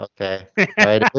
okay